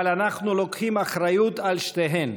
אבל אנחנו לוקחים אחריות על שתיהן.